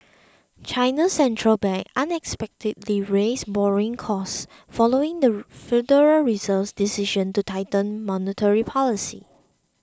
China's Central Bank unexpectedly raised borrowing costs following the Federal Reserve's decision to tighten monetary policy